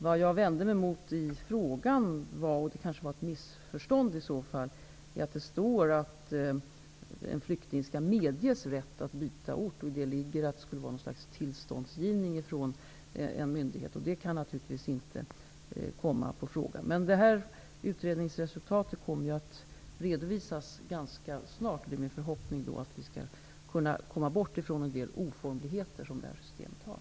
Vad jag vände mig emot i frågan, vilket kanske var ett missförstånd, är att det står att en flykting skall medges rätt att byta ort. I det ligger att det skulle vara fråga om något slags tillståndsgivning från en myndighet. Men det kan naturligtvis inte komma i fråga. Utredningsresultatet kommer emellertid att redovisas ganska snart. Det är min förhoppning att vi då skall kunna komma bort från en del oformligheter som det här systemet har.